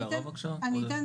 אני אתן